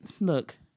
Look